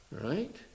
right